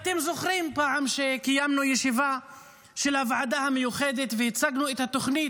אתם זוכרים שפעם קיימנו ישיבה של הוועדה המיוחדת והצגנו את התוכנית,